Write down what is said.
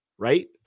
Right